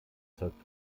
zeugt